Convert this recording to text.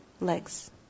legs